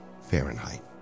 Fahrenheit